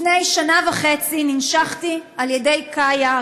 לפני שנה וחצי ננשכתי על ידי קאיה,